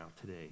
today